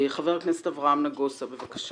חבר הכנסת אברהם נגוסה, בבקה.